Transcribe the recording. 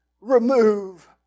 remove